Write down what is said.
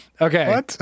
okay